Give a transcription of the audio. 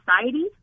society